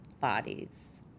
bodies